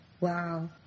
Wow